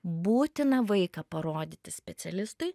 būtina vaiką parodyti specialistui